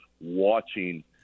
watching